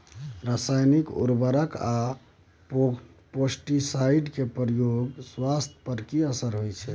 रसायनिक उर्वरक आ पेस्टिसाइड के प्रयोग से स्वास्थ्य पर कि असर होए छै?